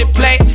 play